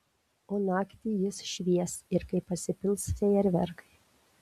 o naktį jis švies ir kai pasipils fejerverkai